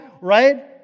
right